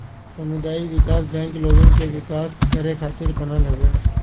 सामुदायिक विकास बैंक लोगन के विकास करे खातिर बनल हवे